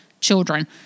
children